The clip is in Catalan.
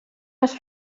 les